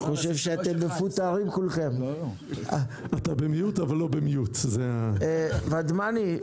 אני חושב כיו"ר שדולת המילואים אדוני,